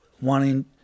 wanting